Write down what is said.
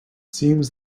seems